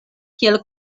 kiel